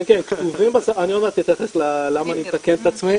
כן, אני עוד מעט אתייחס למה אני מתקן את עצמי.